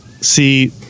see